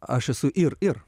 aš esu ir ir